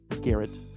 Garrett